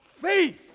faith